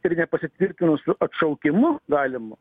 ir nepasitvirtinusiu atšaukimu galimu